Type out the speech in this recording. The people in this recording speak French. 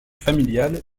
familiale